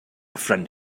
friend